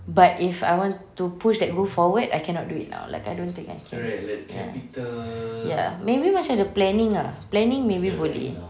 but if I want to push that goal forward I cannot do it now like I don't think I can ya ya maybe macam the planning lah planning maybe boleh